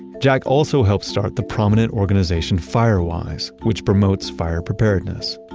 jack also helped start the prominent organization firewise, which promotes fire preparedness.